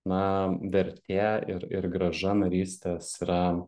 na vertė ir ir grąža narystės yra